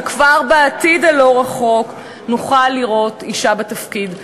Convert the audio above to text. וכבר בעתיד הלא-רחוק נוכל לראות אישה בתפקיד.